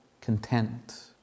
Content